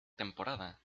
temporada